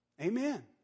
Amen